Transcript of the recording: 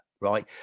right